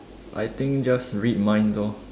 I think just read minds lor